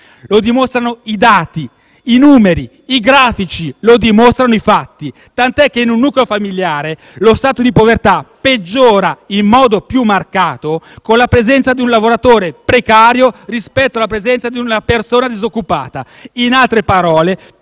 Lo dimostrano i dati, i numeri, i grafici. Lo dimostrano i fatti. Tanto che in un nucleo familiare lo stato di povertà peggiora in modo più marcato con la presenza di un lavoratore precario rispetto alla presenza di una persona disoccupata. In altre parole,